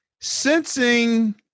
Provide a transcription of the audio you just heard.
Sensing